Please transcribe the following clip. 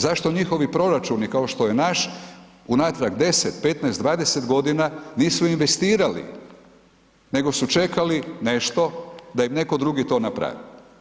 Zašto njihovi proračuni kao što je naš unatrag 10 15, 20 godina, nisu investirali, nego su čekali nešto, da im netko drugi to napravi?